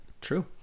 true